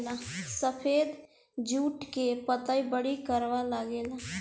सफेद जुट के पतई बड़ी करवा लागेला